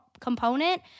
component